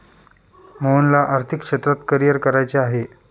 मोहनला आर्थिक क्षेत्रात करिअर करायचे आहे